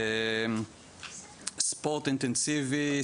ספורט אינטנסיבי,